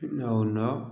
नओ नओ